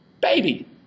Baby